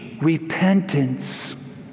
repentance